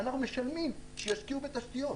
אנחנו משלמים כדי שישקיעו בתשתיות,